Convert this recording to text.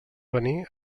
venir